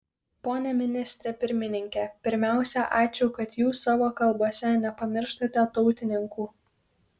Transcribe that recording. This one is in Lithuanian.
pone ministre pirmininke pirmiausia ačiū kad jūs savo kalbose nepamirštate tautininkų